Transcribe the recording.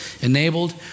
enabled